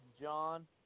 John